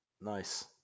Nice